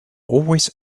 always